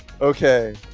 Okay